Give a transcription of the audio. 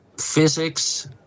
physics